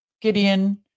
Gideon